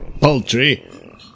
poultry